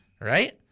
Right